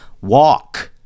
walk